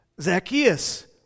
Zacchaeus